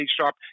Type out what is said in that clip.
sharp